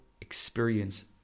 experience